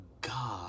God